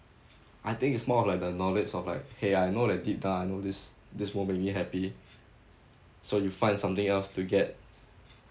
I think it's more of like the knowledge of like !hey! I know that deep down I know this this won't make me happy so you find something else to get